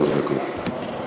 שלוש דקות.